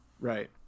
Right